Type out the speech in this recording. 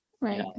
right